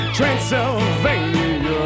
Transylvania